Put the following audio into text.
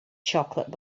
chocolate